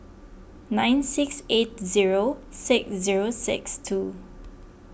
nine six eight zero six zero six two